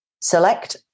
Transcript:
Select